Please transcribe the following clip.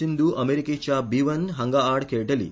सिंध्द् अमेरिकेच्या बिव्हन हांगाआड खेळटली